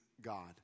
God